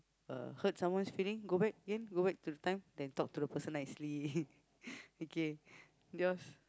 uh hurt someone's feeling go back again go back to the time then talk to the person nicely okay yours